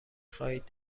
خواهید